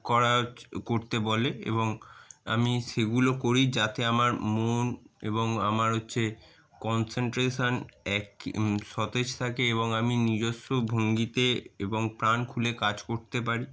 করা করতে বলে এবং আমি সেগুলো করি যাতে আমার মন এবং আমার হচ্ছে কনসেন্ট্রেশন এক সতেজ থাকে এবং আমি নিজস্ব ভঙ্গিতে এবং প্রাণ খুলে কাজ করতে পারি